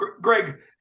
Greg